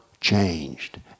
changed